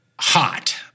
hot